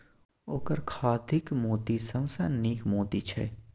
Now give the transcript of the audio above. ओकर खाधिक मोती सबसँ नीक मोती छै